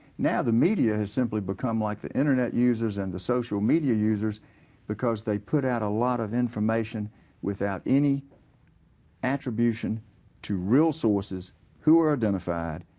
now the media is simply become like the internet users in and the social media users because they put out a lot of information without any attribution to real sources who are identified,